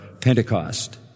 Pentecost